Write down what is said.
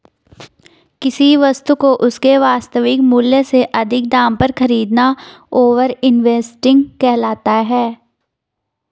किसी वस्तु को उसके वास्तविक मूल्य से अधिक दाम पर खरीदना ओवर इन्वेस्टिंग कहलाता है